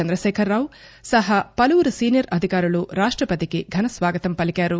చంద్రశేఖర్ రావుతో సహా పలువురు సీనియర్ అధికారులు రాష్టపతికి ఘన స్వాగతం పలికారు